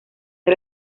del